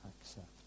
accept